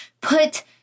put